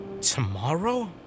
tomorrow